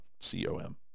c-o-m